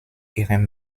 ihrem